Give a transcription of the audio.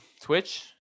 Twitch